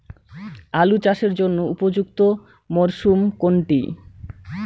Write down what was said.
আলু চাষের জন্য উপযুক্ত মরশুম কোনটি?